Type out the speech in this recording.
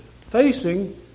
facing